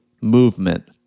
movement